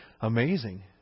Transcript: Amazing